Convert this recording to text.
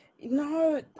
No